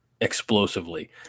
explosively